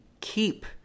keep